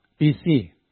BC